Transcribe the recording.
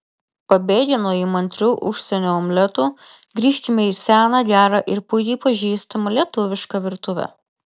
pabėgę nuo įmantrių užsienio omletų grįžkime į seną gerą ir puikiai pažįstamą lietuvišką virtuvę